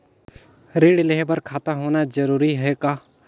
ऋण लेहे बर खाता होना जरूरी ह का?